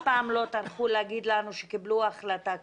פעם לא טרחו להגיד לנו שקיבלו החלטה כזו,